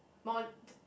more t~